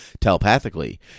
telepathically